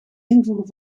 invoeren